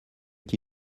qui